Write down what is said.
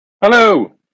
Hello